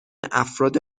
افراد